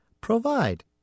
provide